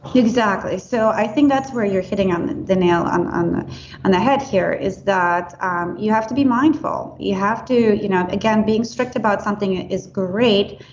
exactly. so i think that's where you're hitting on the nail on um on the head here is that um you have to be mindful. you have to you know again being strict about something is great,